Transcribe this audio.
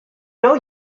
know